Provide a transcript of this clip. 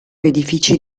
edifici